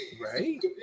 Right